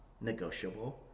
negotiable